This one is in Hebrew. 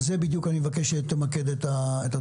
על זה בדיוק אני מבקש שתמקד את הדברים.